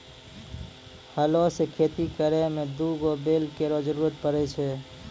हलो सें खेती करै में दू गो बैल केरो जरूरत पड़ै छै